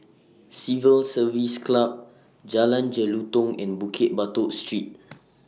Civil Service Club Jalan Jelutong and Bukit Batok Street